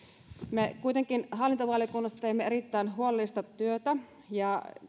me kuitenkin hallintovaliokunnassa teimme erittäin huolellista työtä ja myös